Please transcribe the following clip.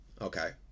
Okay